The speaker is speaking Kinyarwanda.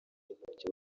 intoki